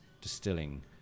distilling